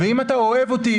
אם אתה אוהב אותי